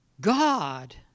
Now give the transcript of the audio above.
God